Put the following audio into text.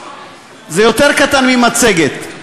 זה יותר קטן ממצגת,